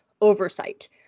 oversight